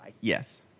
Yes